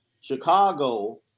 Chicago